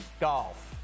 golf